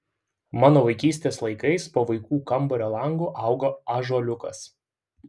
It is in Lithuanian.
mano vaikystės laikais po vaikų kambario langu augo ąžuoliukas